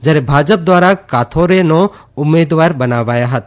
જયારે ભાજપ ધ્વારા કાથારેના ઉમેદવાર બનાવ્યા હતા